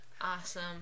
Awesome